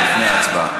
לא.